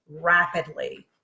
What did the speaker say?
rapidly